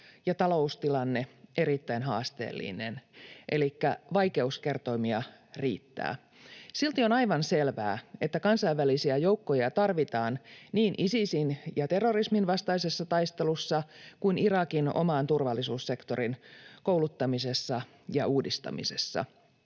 ja taloustilanne erittäin haasteellinen, elikkä vaikeuskertoimia riittää. Silti on aivan selvää, että kansainvälisiä joukkoja tarvitaan niin Isisin ja terrorismin vastaisessa taistelussa kuin Irakin oman turvallisuussektorin kouluttamisessa ja uudistamisessa.